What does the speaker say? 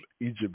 Egypt